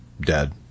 dead